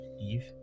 Eve